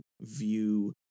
view